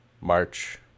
March